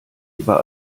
über